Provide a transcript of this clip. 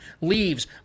Leaves